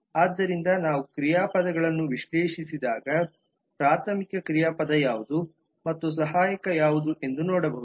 ಆದ್ದರಿಂದ ನಾವು ಕ್ರಿಯಾಪದಗಳನ್ನು ವಿಶ್ಲೇಷಿಸಿದಾಗ ಪ್ರಾಥಮಿಕ ಕ್ರಿಯಾಪದ ಯಾವುದು ಮತ್ತು ಸಹಾಯಕ ಯಾವುದು ಎಂದು ನೋಡಬಹುದು